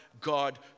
God